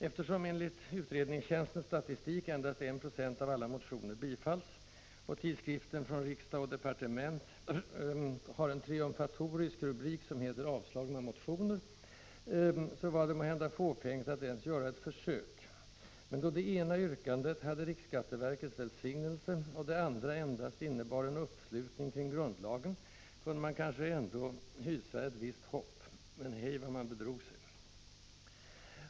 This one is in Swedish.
Eftersom enligt utredningstjänstens statistik endast 1 96 av alla motioner bifalles och tidskriften Från Riksdag & Departement har den triumfatoriska rubriken Avslagna motioner, var det måhända fåfängt att ens göra ett försök, men då det ena yrkandet hade riksskatteverkets välsignelse och det andra endast innebar en uppslutning kring grundlagen kunde man kanske ändå hysa ett visst hopp. Men hej, vad man bedrog sig!